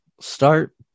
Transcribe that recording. start